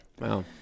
Wow